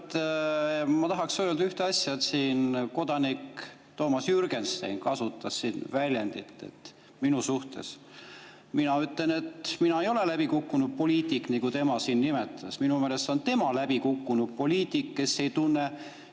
ma tahaksin öelda ühte asja. Siin kodanik Toomas Jürgenstein kasutas väljendit minu suhtes. Mina ütlen, et mina ei ole läbikukkunud poliitik, nagu tema siin nimetas. Minu meelest on tema läbikukkunud poliitik, kes ei tunne